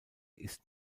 ist